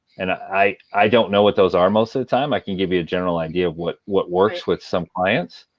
and i i don't know what those are most of the time. i can give you a general idea of what what works with some clients.